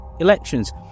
elections